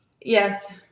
Yes